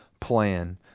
plan